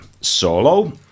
solo